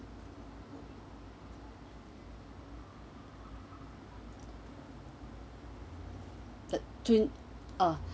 the twin uh